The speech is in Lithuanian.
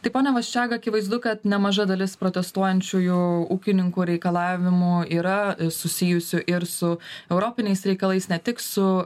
tai pone vaščega akivaizdu kad nemaža dalis protestuojančiųjų ūkininkų reikalavimų yra susijusių ir su europiniais reikalais ne tik su